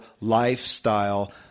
lifestyle